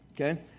okay